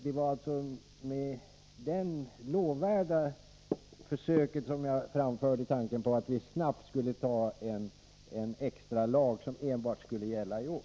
Det var alltså mot bakgrund av det lovvärda syftet som jag framförde tanken på att vi snabbt skulle anta en extra lag, som bara skulle gälla i år.